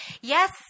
Yes